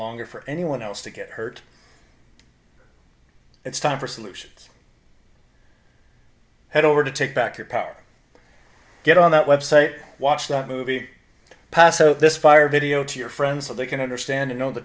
longer for anyone else to get hurt it's time for solutions head over to take back your power get on that website watch that movie passo this fire video to your friends so they can understand and know the